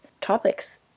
topics